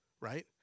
right